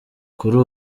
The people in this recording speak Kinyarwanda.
kuri